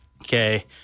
Okay